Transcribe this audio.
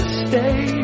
stay